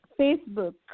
Facebook